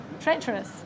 treacherous